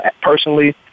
personally